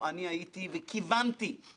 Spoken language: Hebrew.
גם בעקבות פנייה של איגוד הבנקים,